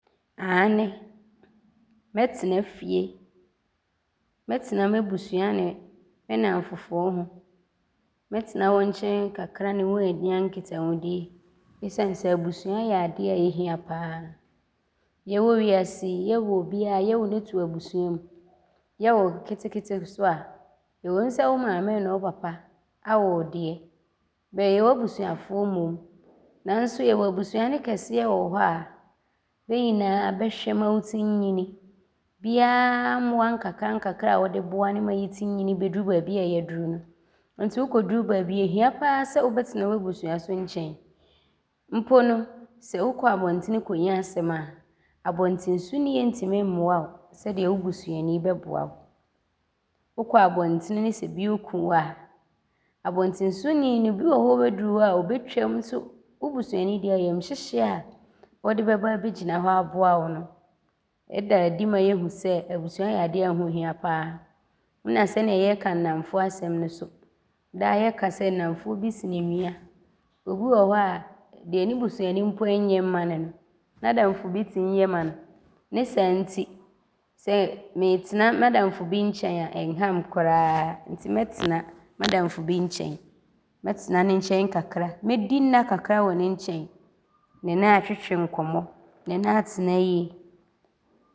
Aane mɛtena fie. Mɛtena m’abusua ne me nnamfo ho. Mɛtena bɛ nkyɛn kakra ne bɛanya nkitahodie esiane sɛ abusua yɛ adeɛ a ɔhia pa ara. Yɛwɔ wiase yi, yɛwo obiaa a yɛwo no to abusua mu. Yɛwo ketekete nso a, ɔwom sɛ wo maame ne wo papa awo wo deɛ. Bɛyɛ w’abusuafoɔ mmom nanso yɛwɔ abusua no kɛseɛ wɔ hɔ a bɛ nyinaa bɛhwɛ wo ma wotim nyini. Biaa mmoa nkakrankakra a ɔde boa ne ma yɛtim nyini bɛduru baabi a yɛaduru. Nti wokɔduru baabi a ɔhia pa ara sɛ wobɛtena w’abusua so nkyɛn. Mpo no, sɛ wokɔ abɔntene kɔnya asɛm a, abɔntenesoni ntim mmoa wo sɛdeɛ wo busuani bɛboa wo. Wokɔ abɔntene ne sɛ bi ɔɔku wo a, abɔntenesoni no, bi wɔ hɔ a ɔbɛduru hɔ a, ɔbɛtwam nso wo busuani deɛ, ayamhyehyeɛ a ɔde bɛba abɛgyina hɔ aboa wo no, ɔda adi ma yɛhu sɛ abusua yɛ adeɛ hoo hia pa ara nna sɛdeɛ yɛreka nnamfoɔ asɛm no, daa yɛka sɛ nnamfoɔ binom sene nua. Obi wɔ hɔ a, deɛ ne busuani mpo ɔnyɛ mma no no, n’adamfo tim yɛ ma no. Ne saa nti, Sɛ meetena m’adamfo bi nkyɛn a ɔnha me koraa nti mɛtena m’adamfo bi nkyɛn. Mɛtena ne nkyɛn kakra. Mɛdi nna kakra wɔ ne nkyɛn ne no aatwetwe nkɔmmɔ ne no aatena yie.